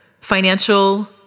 financial